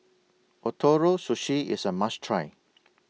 Ootoro Sushi IS A must Try